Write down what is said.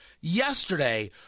yesterday